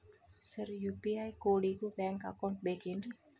Sir UPI ಕೋಡಿಗೂ bank account ಬೇಕೆನ್ರಿ?